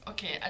Okay